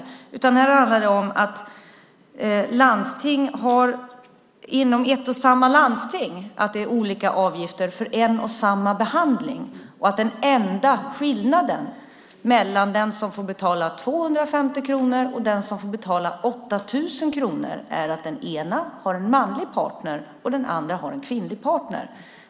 Det här handlar om att man inom ett och samma landsting har olika avgifter för en och samma behandling och att den enda skillnaden mellan den som får betala 250 kronor och den som får betala 8 000 kronor är att den ena har en manlig partner och den andra har en kvinnlig partner.